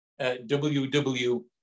www